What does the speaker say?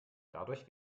dadurch